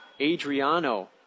Adriano